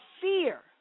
fear